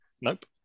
Nope